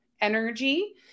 energy